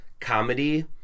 comedy